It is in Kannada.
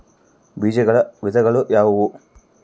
ಬೇಜಗಳ ವಿಧಗಳು ಯಾವುವು?